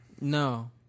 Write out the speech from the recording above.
No